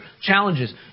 Challenges